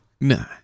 No